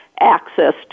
access